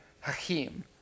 Hakim